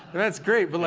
and that's great, but like